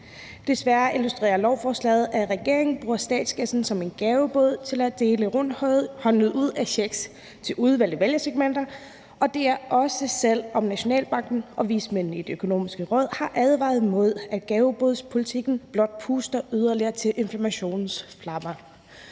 Desværre illustrerer lovforslaget, at regeringen bruger statskassen som en gavebod til at dele rundhåndet ud af checks til udvalgte vælgersegmenter, også selv om Nationalbanken og vismændene i Det Økonomiske Råd har advaret mod, at gavebodspolitikken blot puster yderligere til inflationens flammer.